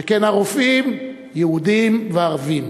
שכן הרופאים יהודים וערבים,